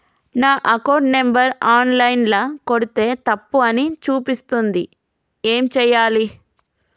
నా account number online ల కొడ్తే తప్పు అని చూపిస్తాంది ఏం చేయాలి?